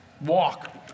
Walk